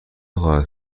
خواهد